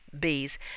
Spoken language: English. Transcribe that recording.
bees